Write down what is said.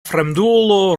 fremdulo